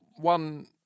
one